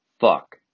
fuck